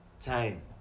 time